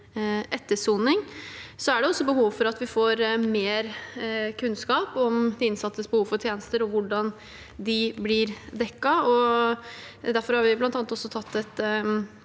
etter soning. Det er også behov for at vi får mer kunnskap om de innsattes behov for tjenester, og hvordan de blir dekket. Derfor har vi også tatt et